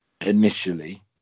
initially